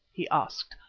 he asked,